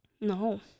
No